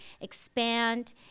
expand